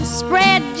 spread